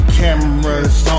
cameras